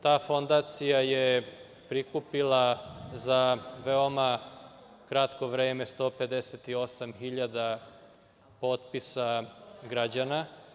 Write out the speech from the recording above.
Ta fondacija je prikupila za veoma kratko vreme 158 hiljada potpisa građana.